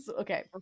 okay